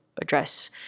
address